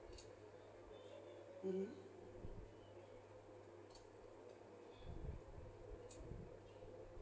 mmhmm